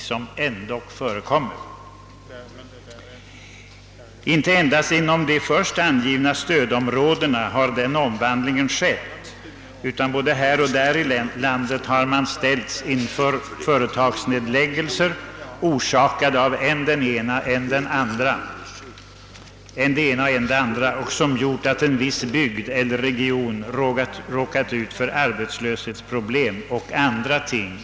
Dessa förändringar har inte endast skett inom de först upprättade stödområdena, utan man har här och där i landet ställts inför t.ex. företagsnedläggningar, orsakade av än det ena och än det andra, vilka gjort att en viss bygd eller region råkat ut för arbetslöshetsproblem och andra besvärligheter.